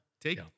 Take